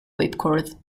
whipcord